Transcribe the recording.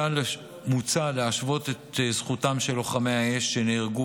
מוצע להשוות את זכותם של לוחמי האש שנהרגו